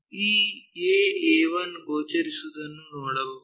ಈ A A1 ಗೋಚರಿಸುವುದನ್ನು ನೋಡಬಹುದು